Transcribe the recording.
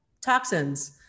toxins